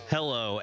Hello